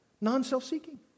Non-self-seeking